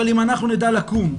אבל אם אנחנו נדע לקום,